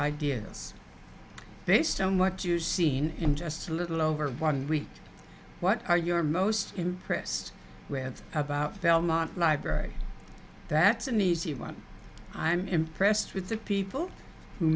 ideas based on what you seen in just a little over one week what are your most impressed with about belmont library that's an easy one i am impressed with the people who